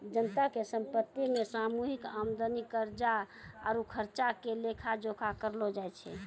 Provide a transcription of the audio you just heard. जनता के संपत्ति मे सामूहिक आमदनी, कर्जा आरु खर्चा के लेखा जोखा करलो जाय छै